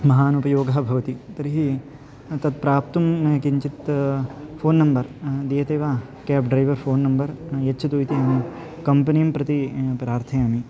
महान् उपयोगः भवति तर्हि तत् प्राप्तुं किञ्चित् फ़ोन् नम्बर् दीयते वा केब् ड्रैवर् फ़ोन् नम्बर् यच्छतु इति अहं कम्पनीं प्रति प्रार्थयामि